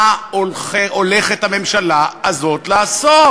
מה הולכת הממשלה הזאת לעשות?